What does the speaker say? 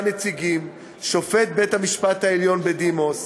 נציגים: שופט בית-המשפט העליון בדימוס,